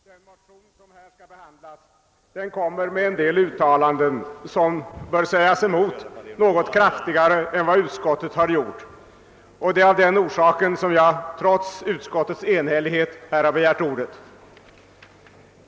Herr talman! I motionen II: 47; som behandlas i jordbruksutskottets förevarande utlåtande, förekommer en del uttalanden som man bör vända sig emot något kraftigare än vad utskottet har gjort, och det är därför som jag trots utskottets enhälliga utlåtande. har begärt ordet.